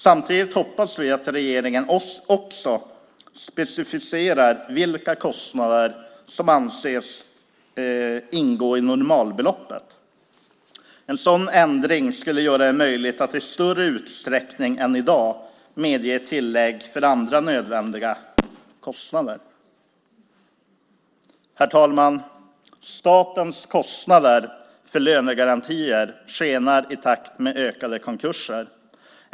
Samtidigt hoppas vi att regeringen också specificerar vilka kostnader som anses ingå i normalbeloppet. En sådan ändring skulle göra det möjligt att i större utsträckning än i dag medge tillägg för andra nödvändiga kostnader. Herr talman! Statens kostnader för lönegarantier skenar i takt med ökade konkurser.